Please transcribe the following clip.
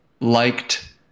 liked